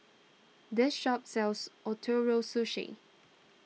this shop sells Ootoro Sushi